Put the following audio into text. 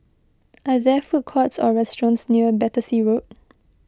are there food courts or restaurants near Battersea Road